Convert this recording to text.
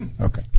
Okay